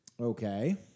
Okay